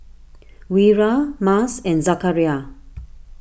Wira Mas and Zakaria